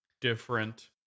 different